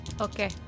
Okay